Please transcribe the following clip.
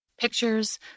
pictures